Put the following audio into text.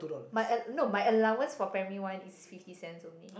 my uh no my allowance for primary one is fifty cents only